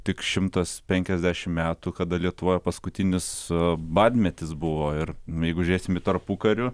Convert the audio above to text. tik šimtas penkiasdešimt metų kada lietuvoje paskutinis badmetis buvo ir jeigu žiūrėsim į tarpukariu